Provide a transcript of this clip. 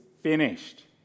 finished